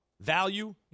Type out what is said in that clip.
value